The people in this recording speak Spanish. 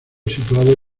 situado